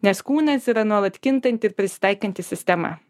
nes kūnas yra nuolat kintanti ir prisitaikanti sistema